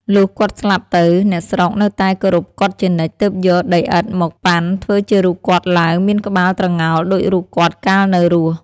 លុះគាត់ស្លាប់ទៅ អ្នកស្រុកនៅតែគោរពគាត់ជានិច្ច ទើបយកដីឥដ្ឋមកប៉ាន់ធ្វើជារូបគាត់ឡើង មានក្បាលត្រងោលដូចរូបគាត់កាលនៅរស់។